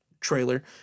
trailer